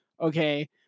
Okay